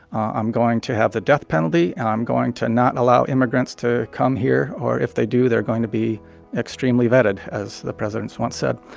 i'm going to have the death penalty. and i'm going to not allow immigrants to come here. or if they do, they are going to be extremely vetted, as the president's once said.